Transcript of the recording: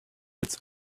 it’s